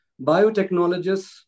Biotechnologists